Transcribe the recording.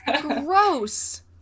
gross